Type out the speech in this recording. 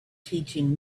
teaching